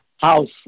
house